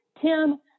Tim